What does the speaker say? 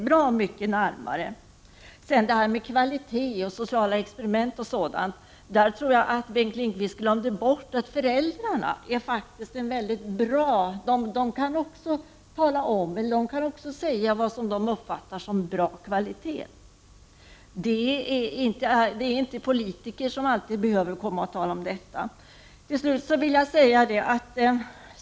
När det gäller kvalitet, sociala experiment osv. tror jag att Bengt Lindqvist glömde bort att föräldrarna faktiskt också kan säga vad de uppfattar som bra kvalitet. Det är inte alltid politiker som behöver komma och tala om detta.